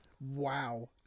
wow